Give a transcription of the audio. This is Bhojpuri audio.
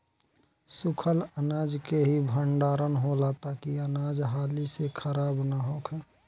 सूखल अनाज के ही भण्डारण होला ताकि अनाज हाली से खराब न होखे